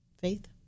Faith